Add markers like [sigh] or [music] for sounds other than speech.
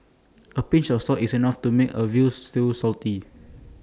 A pinch of salt is enough to make A Veal Stew [unintelligible]